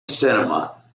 cinema